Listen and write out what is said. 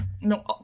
No